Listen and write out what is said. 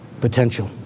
potential